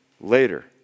later